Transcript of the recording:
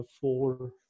four